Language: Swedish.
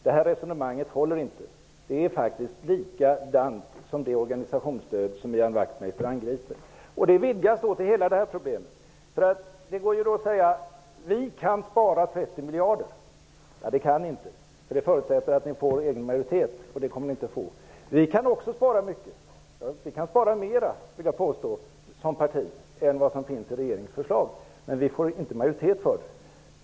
Det här resonemanget håller inte. Det är faktiskt likadant som med det organisationsstöd som Ian Wachtmeister angriper. Det vidgas till att omfatta hela problemet. Ni i Ny demokrati säger att ni kan spara 30 miljarder. Det kan ni inte. Det förutsätter att ni får egen majoritet, och det kommer ni inte att få. Vi kan också spara mycket. Moderaterna som parti kan spara mer än vad som sparas i regeringens förslag, men vi får inte majoritet för det.